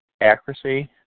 Accuracy